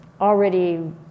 already